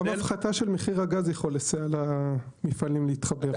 גם הפחתה של מחיר הגז יכולה לסייע למפעלים להתחבר.